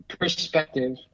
perspective